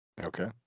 Okay